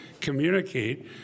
communicate